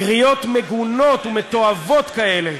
קריאות מגונות ומתועבות כאלה